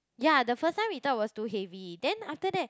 ya the first time we thought was too heavy then after that